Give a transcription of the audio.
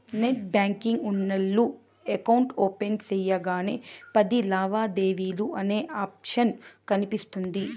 net banking ఉన్నోల్లు account open సెయ్యగానే పది లావాదేవీలు అనే ఆప్షన్ కనిపిస్తుంది